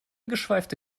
geschweifte